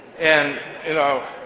and, you know,